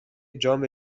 جام